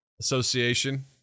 Association